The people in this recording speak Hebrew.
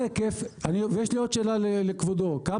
(ב)הסכום האמור בסעיף קטן (א)